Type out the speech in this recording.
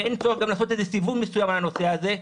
ואין צורך לעשות גם איזה סיבוב מסוים על הנושא הזה,